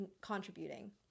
contributing